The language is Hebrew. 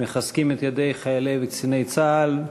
מחזקים את ידי חיילי וקציני צה"ל,